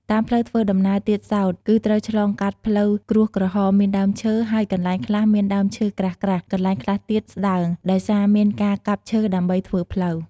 តាមផ្លូវធ្វើដំណើរទៀតសោត គឺត្រូវឆ្លងកាត់ផ្លូវក្រួសក្រហម មានដើមឈើ ហើយ កន្លែងខ្លះមានដើមឈើក្រាស់ៗ កន្លែងខ្លះទៀតស្ដើង ដោយសារមានការកាប់ឈើដើម្បីធ្វើផ្លូវ។